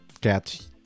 get